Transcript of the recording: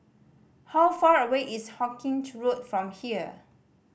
how far away is Hawkinge Road from here